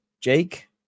Jake